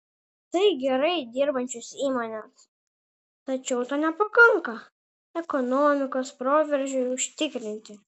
tai gerai dirbančios įmonės tačiau to nepakanka ekonomikos proveržiui užtikrinti